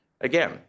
Again